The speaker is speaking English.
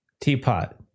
teapot